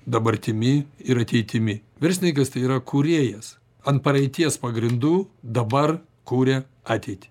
dabartimi ir ateitimi verslininkas tai yra kūrėjas ant praeities pagrindų dabar kuria ateitį